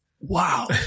wow